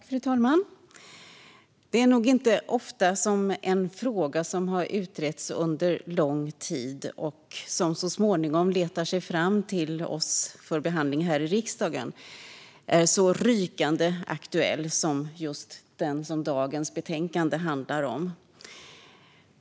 Fru talman! Det är nog inte ofta en fråga som utretts under lång tid och så småningom letar sig fram till riksdagen är så rykande aktuell som just den som dagens betänkande handlar om.